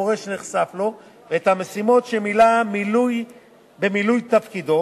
שהפורש נחשף לו ואת המשימות שמילא במילוי תפקידו,